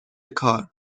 کار